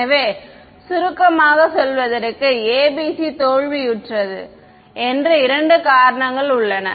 எனவே சுருக்கமாகச் சொல்வதற்கு ABC தோல்வியுற்றது என்று இரண்டு காரணங்கள் உள்ளன